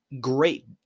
great